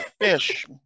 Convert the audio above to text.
fish